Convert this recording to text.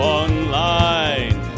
online